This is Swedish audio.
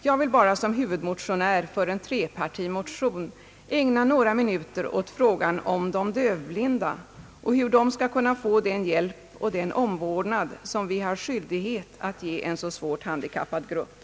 Jag vill bara som huvudmotionär för en trepartimotion ägna några minuter åt frågan om de dövblinda och hur de skall kunna få den hjälp och den omvårdnad som vi har skyldighet att ge en så svårt handikappad grupp.